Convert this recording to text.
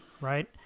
right